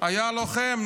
היה לוחם,